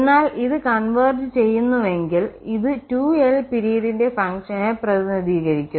എന്നാൽ ഇത് ഒത്തുചേരുന്നുവെങ്കിൽ ഇത് 2l പിരീഡിന്റെ ഫംഗ്ഷനെ പ്രതിനിധീകരിക്കുന്നു